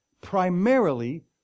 primarily